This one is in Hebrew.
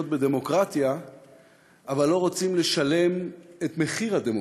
בדמוקרטיה אבל לא רוצים לשלם את מחיר הדמוקרטיה.